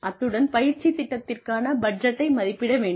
அத்துடன் பயிற்சி திட்டத்திற்கான பட்ஜெட்டை மதிப்பிட வேண்டும்